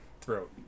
throat